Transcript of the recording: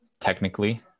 Technically